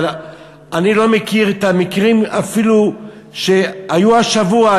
אבל אני לא מכיר את המקרים אפילו שהיו השבוע,